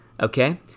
Okay